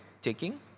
taking